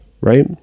right